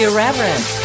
Irreverent